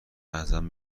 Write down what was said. ازم